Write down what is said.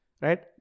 right